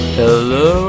hello